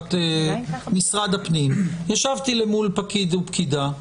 ללשכת משרד הפנים, ישבתי מול פקיד או פקידה.